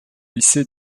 lycée